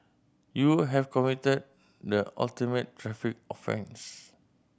you have committed the ultimate traffic offence